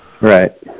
right